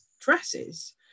dresses